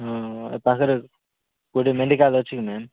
ହଁ ଏ ପାଖରେ କୋଉଠି ମେଡିକାଲ୍ ଅଛି କି ମ୍ୟାମ୍